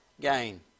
gain